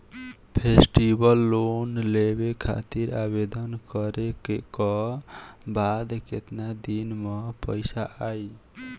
Festival loan लेवे खातिर आवेदन करे क बाद केतना दिन म पइसा आई?